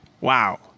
Wow